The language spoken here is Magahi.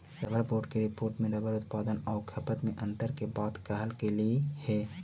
रबर बोर्ड के रिपोर्ट में रबर उत्पादन आउ खपत में अन्तर के बात कहल गेलइ हे